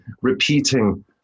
repeating